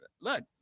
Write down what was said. look